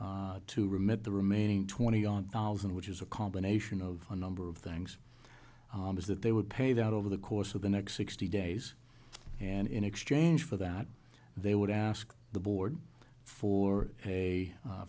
town to remit the remaining twenty on thousand which is a combination of a number of things is that they would pay that out over the course of the next sixty days and in exchange for that they would ask the board for a